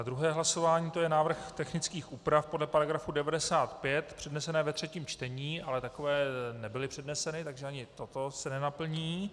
Druhé hlasování je návrh technických úprav podle § 95 přednesených ve třetím čtení, ale takové nebyly předneseny, takže ani toto se nenaplní.